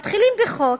מתחילים בחוק